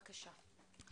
בבקשה.